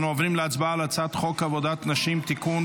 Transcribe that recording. אנו עוברים להצבעה על הצעת חוק עבודת נשים (תיקון,